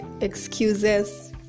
excuses